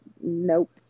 nope